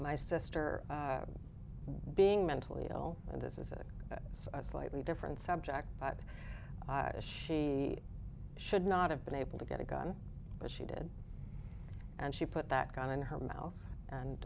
my sister being mentally ill and is it a slightly different subject but she should not have been able to get a gun but she did and she put that gun in her mouth and